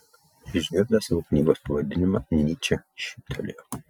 išgirdęs savo knygos pavadinimą nyčė šyptelėjo